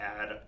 add